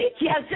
Yes